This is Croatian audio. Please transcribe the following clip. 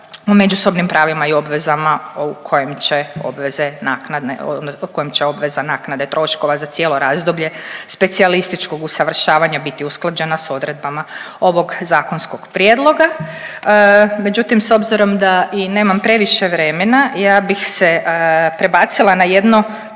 međusobnim pravima i obvezama u kojem će obveza naknade troškova za cijelo razdoblje specijalističkog usavršavanja biti usklađena s odredbama ovog zakonskog prijedloga. Međutim s obzirom da i nemam previše vremena, ja bih se prebacila na jedno